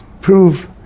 prove